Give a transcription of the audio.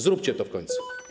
Zróbcie to w końcu.